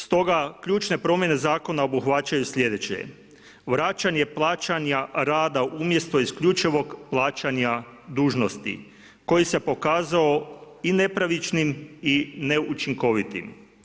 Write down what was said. Stoga, ključne promjene Zakona obuhvaćaju slijedeće: vraćanja plaćanja rada umjesto isključivog plaćanja dužnosti koji se pokazao i nepravičnim i neučinkovitim.